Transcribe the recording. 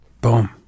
Boom